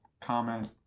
Comment